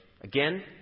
Again